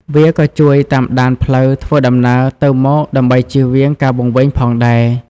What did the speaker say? វាក៏ជួយតាមដានផ្លូវធ្វើដំណើរទៅមកដើម្បីជៀសវាងការវង្វេងផងដែរ។